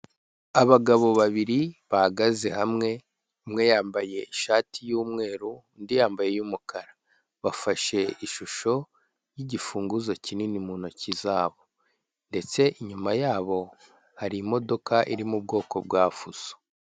Abagabo babiri bahagaze hamwe, umwe yambaye ishati y'umweru, undi yambaye iy'umukara, bafashe ishusho y'igifunguzo kinini mu ntoki zabo ndetse inyuma yabo hari imodoka iri mu bwoko bwa fuso.